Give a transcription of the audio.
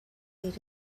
eight